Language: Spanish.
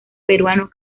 peruano